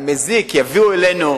מזיק, יביאו אלינו,